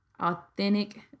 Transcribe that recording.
authentic